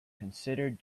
considered